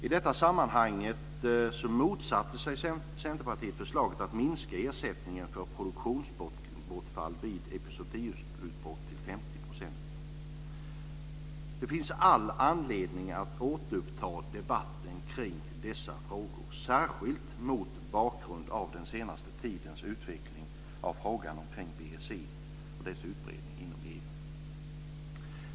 I detta sammanhang motsatte sig Centerpartiet förslaget att minska ersättningen för produktionsbortfall vid epizootiutbrott till 50 %. Det finns all anledning att återuppta debatten kring dessa frågor, särskilt mot bakgrund av den senaste tidens utveckling i fråga om BSE och dess utbredning inom EU.